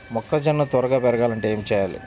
మొక్కజోన్న త్వరగా పెరగాలంటే ఏమి చెయ్యాలి?